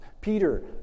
Peter